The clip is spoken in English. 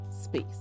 space